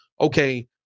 okay